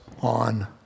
on